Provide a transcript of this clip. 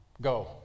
Go